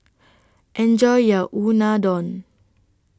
Enjoy your Unadon